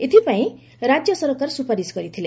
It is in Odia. ଏଥିପାଇଁ ରାଜ୍ୟ ସରକାର ସୁପାରିଶ୍ କରିଥିଲେ